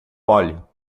óleo